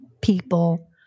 people